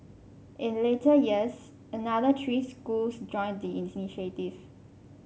in later years another three schools joined the initiative